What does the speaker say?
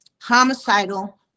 homicidal